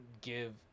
give